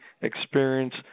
experience